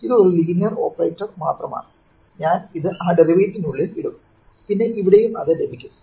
ഇത് ഒരു linear operator മാത്രമാണ് ഞാൻ ഇത് ആ ഡെറിവേറ്റീവിനുള്ളിൽ ഇടും പിന്നെ ഇവിടെയും ഇത് ലഭിക്കും